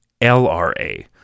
LRA